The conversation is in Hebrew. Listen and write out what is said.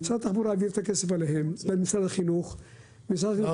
משרד התחבורה העביר את הכסף למשרד החינוך ומשרד החינוך העביר אליהם.